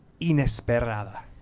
inesperada